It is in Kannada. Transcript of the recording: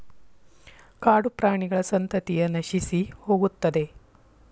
ಕಾಡುಪ್ರಾಣಿಗಳ ಸಂತತಿಯ ನಶಿಸಿಹೋಗುತ್ತದೆ